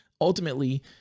ultimately